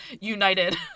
united